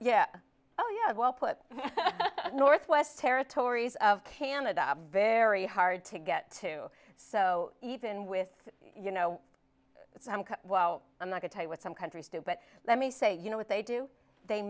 yeah oh yeah well put northwest territories of canada very hard to get to so even with you know it's well i'm not to tell you what some countries do but let me say you know what they do they